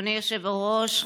אדוני היושב-ראש,